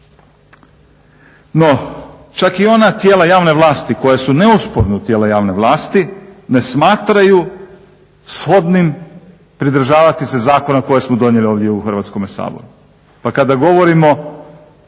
No, čak i ona tijela javne vlasti koja su …/Govornik se ne razumije./… tijela javne vlasti ne smatraju shodnih pridržavati se zakona koje smo donijeli ovdje u Hrvatskom saboru. Pa kada govorimo